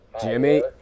Jimmy